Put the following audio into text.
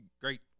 great